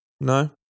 No